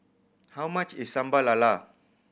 how much is Sambal Lala